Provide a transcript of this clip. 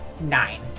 Nine